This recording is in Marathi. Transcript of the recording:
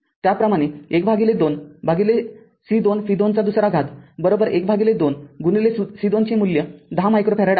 त्याचप्रमाणे१२ c२v२२१२ c२चे मूल्य १० मायक्रो फॅरेड आहे